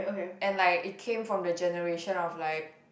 and like it came from the generation of like